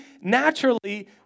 naturally